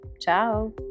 Ciao